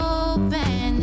open